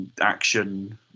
action